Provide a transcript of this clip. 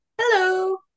Hello